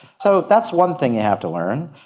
so that's one thing you have to learn.